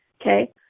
Okay